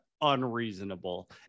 unreasonable